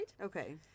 Okay